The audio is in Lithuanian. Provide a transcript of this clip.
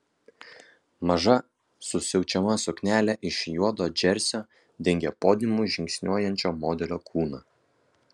maža susiaučiama suknelė iš juodo džersio dengė podiumu žingsniuojančio modelio kūną